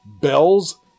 bells